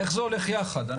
איך זה הולך יחד.